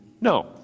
no